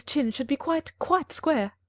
chin should be quite, quite square.